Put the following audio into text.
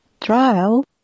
Trial